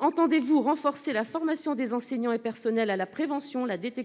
Entendez-vous renforcer la formation des enseignants et des personnels à la prévention, à la détection